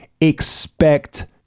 expect